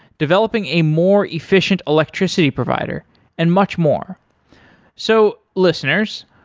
developing a more efficient electricity provider and much more so listeners,